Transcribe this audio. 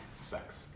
sex